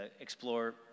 explore